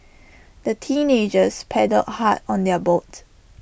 the teenagers paddled hard on their boat